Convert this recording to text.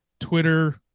Twitter